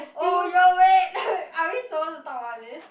oh yo wait are we supposed to talk about this